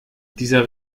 dieser